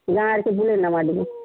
ଗାଁ ଆଡ଼କେ ବୁଲେଇ ନେମା ଟିକେ